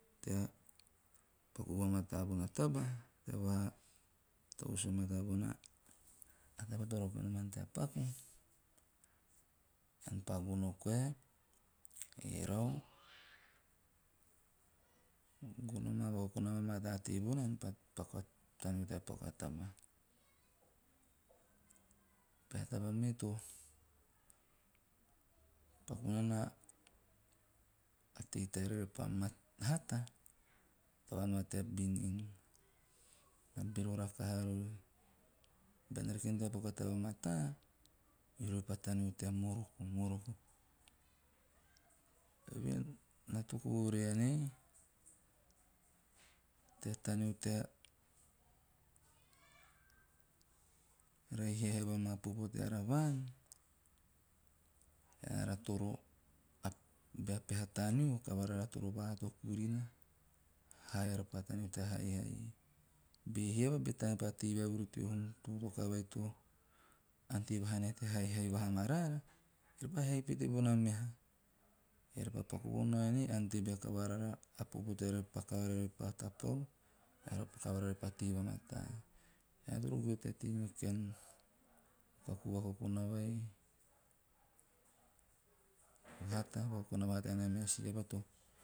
Tea paku va mataa bona taaba ae va tavus va mataa bona taba to pa rake nom an tea paku, ean pa gono koae. Frau, gono amaa vakokona mataa tebena ean pa taneo tea paku amaa taba. Peha taba me to paku nana a tei teara repa hata, a tavaan va tea binin. Na bero rakaha rori. Bean rake nom teapaku a taba mataa, eori pa taneo tea moroko, moroko eve he na toku voraen ei tea taneo tea rahi hiava maa a popo teara vaan, eara toro bea peha taneo, tea haihai e. Be hiava, be taan pa tei vaevuru teo hum tokatoka vai to ante vaha nae tea haihai ama raara, eve pa haihai pete bona meha ore pa paku vonao enei ante bea kavara raara, a popo teara pa tapau, a kavavara raara pa tei va mataa. Ean toro goe tea tei meo kaku vakokona vai o hata, vakokona va hata nia si meha aba to.